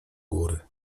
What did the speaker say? góry